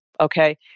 Okay